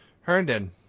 Herndon